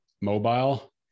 mobile